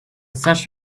sash